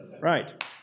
Right